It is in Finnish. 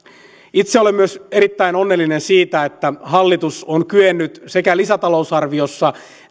itse olen myös erittäin onnellinen siitä että hallitus on kyennyt sekä lisätalousarviossa